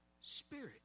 Spirit